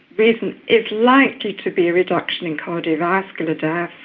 reason is likely to be a reduction in cardiovascular deaths